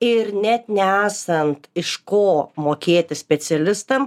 ir net nesant iš ko mokėti specialistam